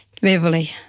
Beverly